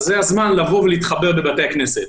זה הזמן לבוא ולהתחבר בבתי הכנסת.